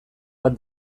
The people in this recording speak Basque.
bat